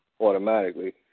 automatically